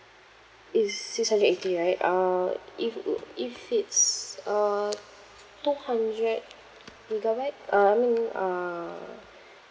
is six hundred eighty right uh if oo if it's uh two hundred gigabyte uh I mean uh